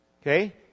Okay